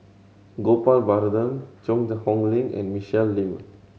Gopal Baratham Cheang Hong Lim and Michelle Lim